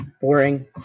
boring